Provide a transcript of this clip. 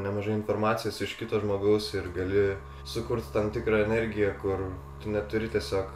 nemažai informacijos iš kito žmogaus ir gali sukurti tam tikrą energiją kur tu neturi tiesiog